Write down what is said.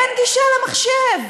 אין גישה למחשב,